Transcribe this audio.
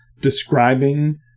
describing